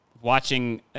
watching